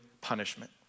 punishment